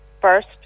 first